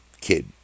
kid